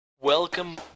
Welcome